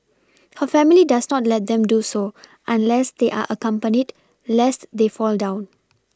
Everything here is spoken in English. her family does not let them do so unless they are accompanied lest they fall down